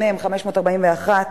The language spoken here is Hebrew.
מ/541,